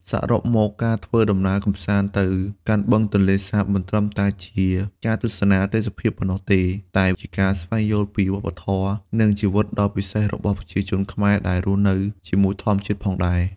សរុបមក ការធ្វើដំណើរកម្សាន្តទៅកាន់បឹងទន្លេសាប មិនត្រឹមតែជាការទស្សនាទេសភាពប៉ុណ្ណោះទេ តែជាការស្វែងយល់ពីវប្បធម៌ និងជីវិតដ៏ពិសេសរបស់ប្រជាជនខ្មែរដែលរស់នៅជាមួយធម្មជាតិផងដែរ។